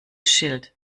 schild